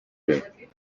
bem